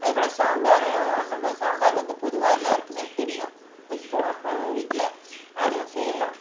அது போல் சாம்பாரும் நம்ம சாம்பார் வந்து பொதுவாக எல்லாேருக்குமே தெரியும் வைப்போம் வீட்டில் அதுவும் செய்யலாம்